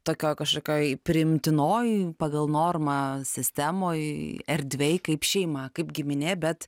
tokioj kažkokioj priimtinoj pagal normą sistemoj erdvėj kaip šeima kaip giminė bet